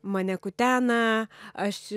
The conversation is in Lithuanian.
mane kutena aš